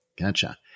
Gotcha